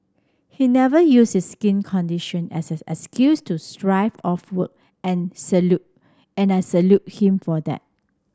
he never use his skin condition as an excuse to off work and salute and I salute him for that